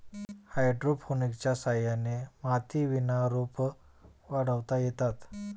हायड्रोपोनिक्सच्या सहाय्याने मातीविना रोपं वाढवता येतात